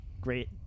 Great